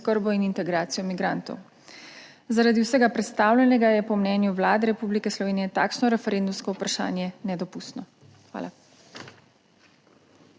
oskrbo in integracijo migrantov. Zaradi vsega predstavljenega je po mnenju Vlade Republike Slovenije takšno referendumsko vprašanje nedopustno. Hvala.